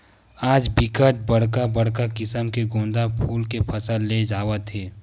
आज बिकट बड़का बड़का किसम के गोंदा फूल के फसल ले जावत हे